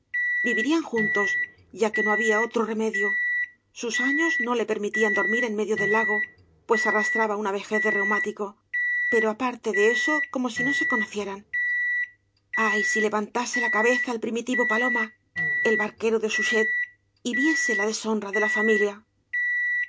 vivirían juntos ya que no había otro remedio sus afios no le permitían dormir en medio del lago pues arrastraba una vejez de reumático pero aparte de eso como si no se conocieran ay si levantase la cabeza el primitivo paloma el barquero de suchet y viese la deshonra de la familia